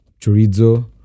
chorizo